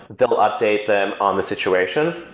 they will update them on the situation.